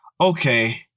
Okay